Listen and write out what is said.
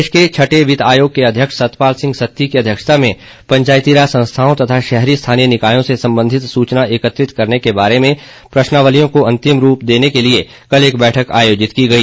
प्रदेश के छठे वित्त आयोग के अध्यक्ष सतपाल सिंह सत्ती की अध्यक्षता में पंचायती राज संस्थाओं तथा शहरी स्थानीय निकायों से सम्बन्धित सुचना एकत्रित करने के बारे में प्रश्नावलियों को अन्तिम रूप देने के लिए कल एक बैठक आयोजित की गई